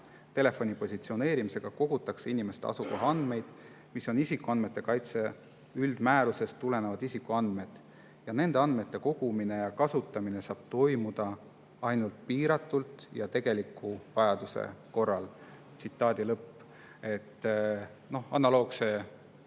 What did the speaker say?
(telefoni positsioneerimisega kogutakse inimeste asukohaandmeid, mis on isikuandmete kaitse üldmäärusest tulenevalt isikuandmed) ja nende andmete kogumine ja kasutamine saab toimuda ainult piiratult ja tegeliku vajaduse korral." Analoogse